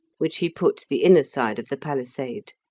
which he put the inner side of the palisade,